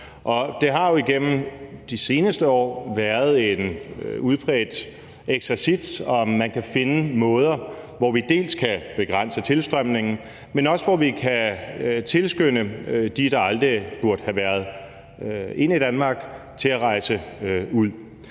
Det har jo igennem de seneste år været en udbredt eksercits at se på, om man kan finde måder, hvorpå vi dels kan begrænse tilstrømningen, dels kan tilskynde dem, der aldrig burde være kommet ind i Danmark, til at rejse ud.